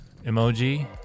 emoji